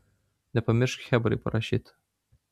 nepamiršk chebrai parašyt